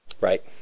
Right